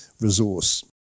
resource